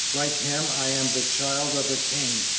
like him, i am the child of a king,